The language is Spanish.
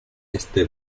este